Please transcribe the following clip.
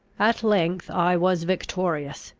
at length i was victorious,